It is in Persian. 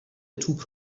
توپ